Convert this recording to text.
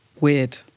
weird